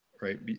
right